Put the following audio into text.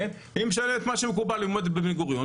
היא משלמת מה שמקובל במגורים,